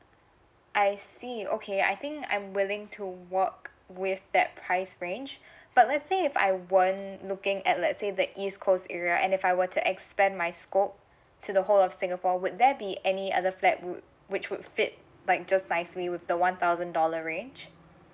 I see okay I think I'm willing to work with that price range but let's say if I weren't looking at let's say the east coast area and if I were to expand my scope to the whole of singapore would there be any other flat would which would fit like just nicely with the one thousand dollar range